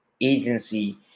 agency